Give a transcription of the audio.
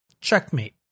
Checkmate